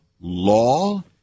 law